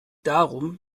darum